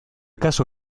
caso